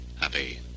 happy